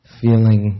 feeling